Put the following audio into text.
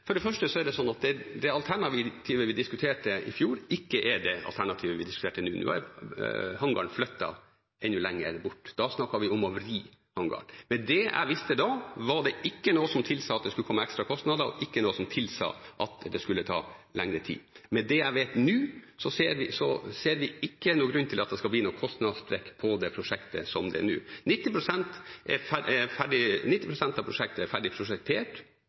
For det første er det sånn at det alternativet vi diskuterte i fjor, ikke er det alternativet vi diskuterer. Nå er hangaren flyttet enda lenger bort. Da snakket vi om å vri hangaren. Med det jeg visste da, var det ikke noe som tilsa at det skulle komme ekstra kostnader, og ikke noe som tilsa at det skulle ta lengre tid. Med det jeg vet nå, ser vi ikke noen grunn til at det skal bli noen kostnadssprekk på det prosjektet som det er nå. 90 pst. av prosjektet er ferdig prosjektert